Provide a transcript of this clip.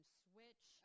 switch